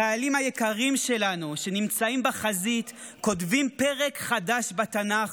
החיילים היקרים שלנו שנמצאים בחזית כותבים פרק חדש בתנ"ך,